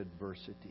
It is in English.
adversity